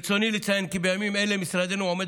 ברצוני לציין כי בימים אלה משרדנו עומד